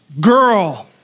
girl